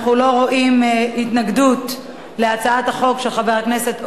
אנחנו לא רואים מקום להתנגדות להצעת החוק של חבר הכנסת אורלב.